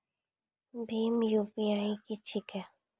भीम UPI की छीके?